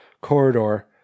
corridor